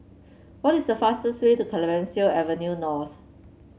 what is the fastest way to Clemenceau Avenue North